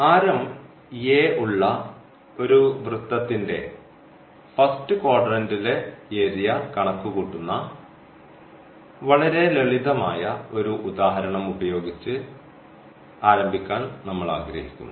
ആരം ഉള്ള ഒരു വൃത്തത്തിന്റെ ഫസ്റ്റ് ക്വാഡ്രന്റിലെ ഏരിയ കണക്കുകൂട്ടുന്ന വളരെ ലളിതമായ ഒരു ഉദാഹരണം ഉപയോഗിച്ച് ആരംഭിക്കാൻ നമ്മൾ ആഗ്രഹിക്കുന്നു